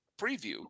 preview